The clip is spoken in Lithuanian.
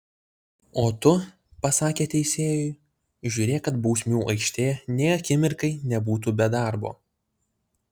o tu pasakė teisėjui žiūrėk kad bausmių aikštė nė akimirkai nebūtų be darbo